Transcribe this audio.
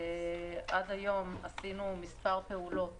עד היום עשינו מספר פעולות